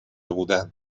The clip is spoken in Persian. بودند